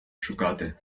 шукати